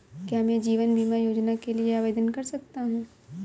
क्या मैं जीवन बीमा योजना के लिए आवेदन कर सकता हूँ?